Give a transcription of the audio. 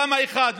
תמ"א 1,